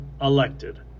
elected